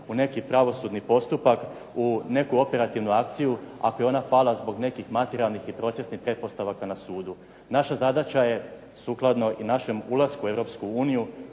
u neki pravosudni postupak, u neku operativnu akciju ako je ona pala zbog nekih materijalnih i procesnih pretpostavki na sudu. Naša zadaća je sukladno i našem ulasku u